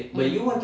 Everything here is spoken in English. mm